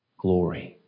glory